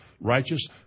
righteous